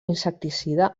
insecticida